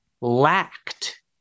lacked